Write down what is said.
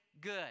good